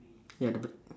ya the b~